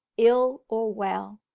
ill or well.